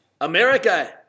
America